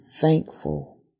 thankful